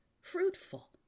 fruitful